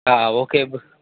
okay bro